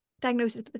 diagnosis